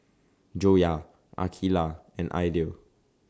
Joyah Aqeelah and Aidil